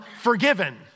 forgiven